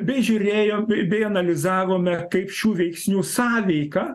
bei žiūrėjom bei analizavome kaip šių veiksnių sąveika